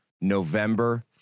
November